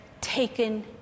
taken